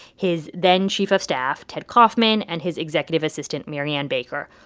his then-chief of staff ted kaufman and his executive assistant marianne baker.